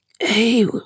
Hey